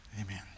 Amen